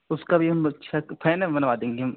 उसका भी हम अच्छा फ़ैन हम बनवा देंगे हम